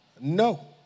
no